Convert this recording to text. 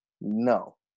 No